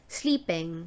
sleeping